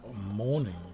morning